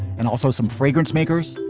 and also some fragrance makers,